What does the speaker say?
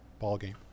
ballgame